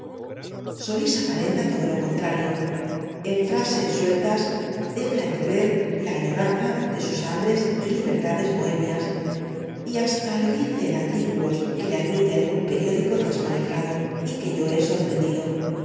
solís aparenta t o d o lo contrario en frases sueltas deja entrever la añoranza de s u s h a m b r e s y libertades b o h e m i a s y hasta lo dice en artículos q u e le admite algún periódico trasconejado y que y o h e sorprendido